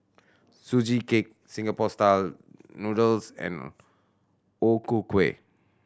Sugee Cake Singapore Style Noodles and O Ku Kueh